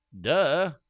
Duh